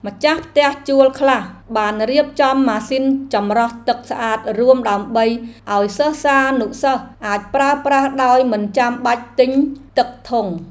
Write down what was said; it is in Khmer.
ម្ចាស់ផ្ទះជួលខ្លះបានរៀបចំម៉ាស៊ីនចម្រោះទឹកស្អាតរួមដើម្បីឱ្យសិស្សានុសិស្សអាចប្រើប្រាស់ដោយមិនបាច់ទិញទឹកធុង។